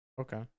Okay